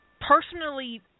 personally